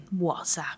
WhatsApp